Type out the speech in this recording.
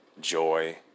joy